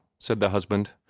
said the husband.